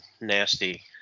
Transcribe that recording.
nasty